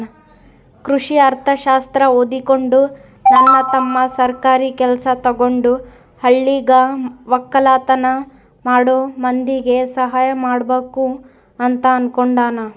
ಕೃಷಿ ಅರ್ಥಶಾಸ್ತ್ರ ಓದಿಕೊಂಡು ನನ್ನ ತಮ್ಮ ಸರ್ಕಾರಿ ಕೆಲ್ಸ ತಗಂಡು ಹಳ್ಳಿಗ ವಕ್ಕಲತನ ಮಾಡೋ ಮಂದಿಗೆ ಸಹಾಯ ಮಾಡಬಕು ಅಂತ ಅನ್ನುಕೊಂಡನ